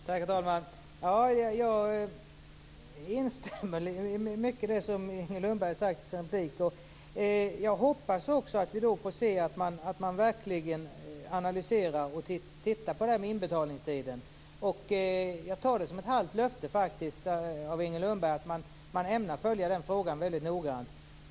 Herr talman! Jag instämmer i mycket av det Inger Lundberg har sagt i sin replik. Jag hoppas också att vi får se att man verkligen analyserar frågan om inbetalningstiden. Jag tar det som ett halvt löfte från Inger Lundberg om att man ämnar följa den frågan väldigt noggrant.